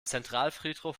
zentralfriedhof